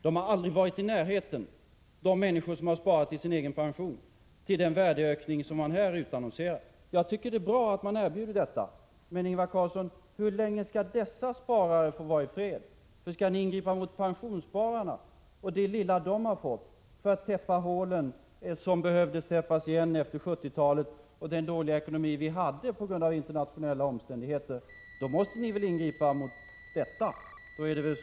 De människor som sparat till sin egen pension har aldrig varit i närheten av en sådan värdeökning som man här utannonserar. Jag tycker att det är bra att man erbjuder detta, men, Ingvar Carlsson, hur länge skall dessa sparare få vara i fred? Skall ni ingripa mot pensionsspararna och det lilla de har fått för att täppa till hålen som behövde täppas till efter 1970-talet och den dåliga ekonomi vi då hade på grund av internationella omständigheter, måste ni väl ingripa mot dessa värdeökningar?